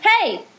hey